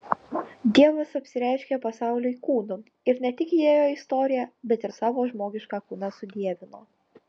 dievas apsireiškė pasauliui kūnu ir ne tik įėjo į istoriją bet ir savo žmogišką kūną sudievino